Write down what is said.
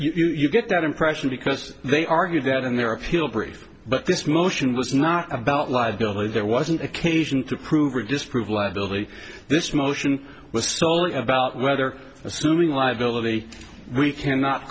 water you get that impression because they argued that in their appeal brief but this motion was not about liability there wasn't occasion to prove or disprove liability this motion was stalling about whether assuming liability we cannot